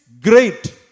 great